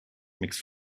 mixed